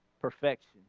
Perfection